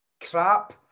crap